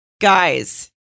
guys